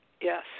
Yes